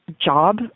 job